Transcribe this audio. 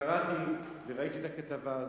קראתי וראיתי את הכתבה.